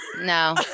No